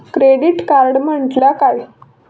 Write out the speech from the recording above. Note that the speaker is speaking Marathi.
क्रेडिट कार्ड म्हटल्या काय?